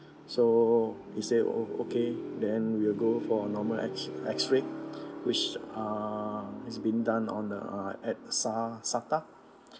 so he said okay then we'll go for a normal X X_ray which uh has been done on a at SA~ SATA